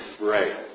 right